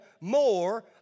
more